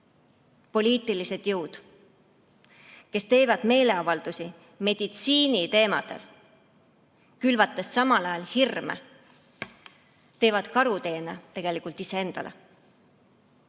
Poliitilised jõud, kes teevad meeleavaldusi meditsiiniteemadel, külvates samal ajal hirme, teevad karuteene tegelikult iseendale.